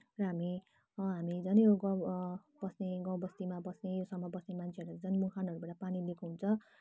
र हामी हामी झन् यो गाउँ बस्ने गाउँ बस्तीमा बस्ने यो सबमा बस्ने मान्छेहरूले झन् मुहानहरूबाट पानी ल्याएको हुन्छ